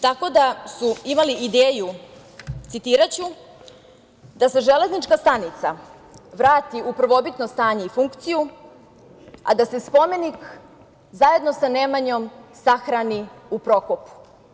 Tako da su imali ideju, citiraću – da se železnička stanica vrati u prvobitno stanje i funkciju a da se spomenik zajedno sa Nemanjom sahrani u Prokopu.